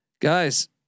Guys